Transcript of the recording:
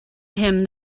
him